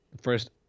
first